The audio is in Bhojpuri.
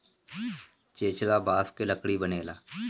चेचरा बांस के लकड़ी बनेला